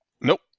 Nope